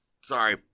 Sorry